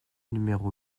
numéro